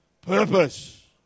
purpose